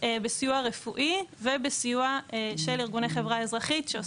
בסיוע רפואי ובסיוע של ארגוני חברה אזרחית.